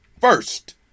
first